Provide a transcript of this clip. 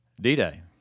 D-Day